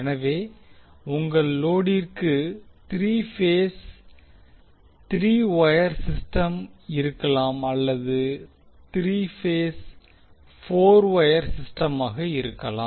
எனவே உங்கள் லோடிற்கு 3 பேஸ் த்ரீ வொயர் சிஸ்டம் இருக்கலாம் அல்லது த்ரீ பேஸ் 4 வொயர் சிஸ்டமாக இருக்கலாம்